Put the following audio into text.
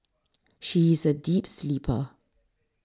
she is a deep sleeper